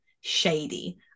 shady